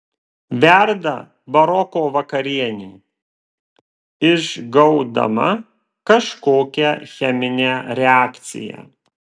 verda baroko vakarienė išgaudama kažkokią cheminę reakciją